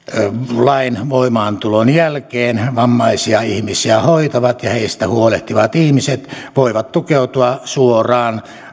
lain voimaantulon jälkeen vammaisia ihmisiä hoitavat ja heistä huolehtivat ihmiset voivat tukeutua suoraan